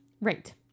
Right